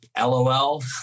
lol